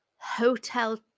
hotel